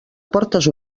portes